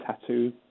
tattoo